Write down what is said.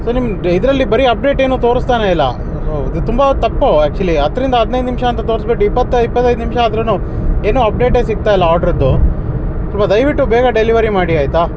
so ನಿಮ್ಗೆ ಇದರಲ್ಲಿ ಬರೀ ಅಪ್ಡೇಟ್ ಏನೂ ತೋರಿಸ್ತಾನೇ ಇಲ್ಲ ಇದು ತುಂಬ ತಪ್ಪು ಆ್ಯಕ್ಟುಲೀ ಹತ್ತರಿಂದ ಹದಿನೈದು ನಿಮಿಷ ಅಂತ ತೊರ್ಸ್ಬಿಟ್ಟು ಇಪ್ಪತ್ತು ಇಪ್ಪತ್ತೈದು ನಿಮಿಷ ಆದ್ರೂ ಏನೂ ಅಪ್ಡೇಟೇ ಸಿಗ್ತಾ ಇಲ್ಲ ಆರ್ಡ್ರುದ್ದು ಸ್ವಲ್ಪ ದಯವಿಟ್ಟು ಬೇಗ ಡೆಲಿವರಿ ಮಾಡಿ ಆಯಿತಾ